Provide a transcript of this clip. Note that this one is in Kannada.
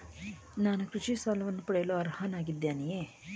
ನಾನು ಕೃಷಿ ಸಾಲವನ್ನು ಪಡೆಯಲು ಅರ್ಹನಾಗಿದ್ದೇನೆಯೇ?